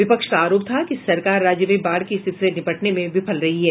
विपक्ष का आरोप था कि सरकार राज्य में बाढ़ की रिथिति से निपटने में विफल रही है